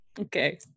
Okay